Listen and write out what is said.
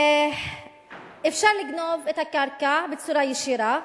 אפשר לגנוב את הקרקע בצורה ישירה,